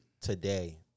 today